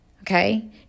okay